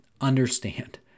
understand